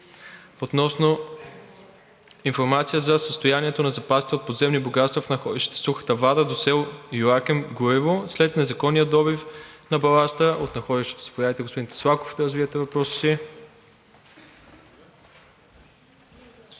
относно информация за състоянието на запасите от подземни богатства в находище „Сухата вада“ до село Йоаким, Груево след незаконния добив на баластра от находището. Заповядайте, господин Таслаков, да развиете въпроса си.